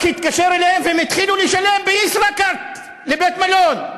רק התקשר אליהם והם התחילו לשלם ב"ישראכרט" לבית-מלון.